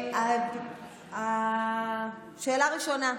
שאלה ראשונה: